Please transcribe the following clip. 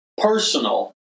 personal